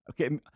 Okay